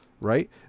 right